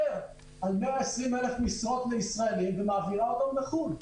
על 120 אלף משרות לישראלים ומעבירה לחו"ל.